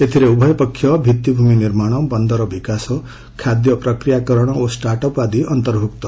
ଏଥିରେ ଉଭୟପକ୍ଷ ଭିଭିଭୂମି ନିର୍ମାଣ ବନ୍ଦର ବିକାଶ ଖାଦ୍ୟ ପ୍ରକ୍ରିୟାକରଣ ଓ ଷ୍ଟାଟ୍ଅପ୍ ଆଦି ଅନ୍ତର୍ଭୁକ୍ତ